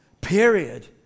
period